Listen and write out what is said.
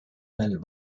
nel